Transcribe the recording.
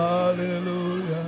Hallelujah